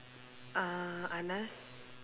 uh Anas